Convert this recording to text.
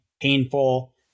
painful